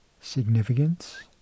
significance